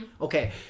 Okay